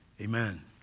Amen